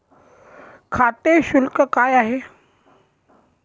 खाते शुल्क काय आहे?